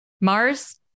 Mars